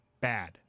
Bad